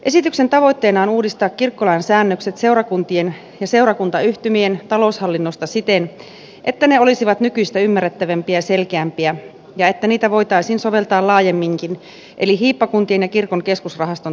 esityksen tavoitteena on uudistaa kirkkolain säännökset seurakuntien ja seurakuntayhtymien taloushallinnosta siten että ne olisivat nykyistä ymmärrettävämpiä selkeämpiä ja että niitä voitaisiin soveltaa laajemminkin eli hiippakuntien ja kirkon keskusrahaston talouteen